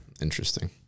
Interesting